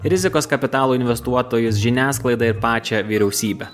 rizikos kapitalo investuotojus žiniasklaidą pačią vyriausybę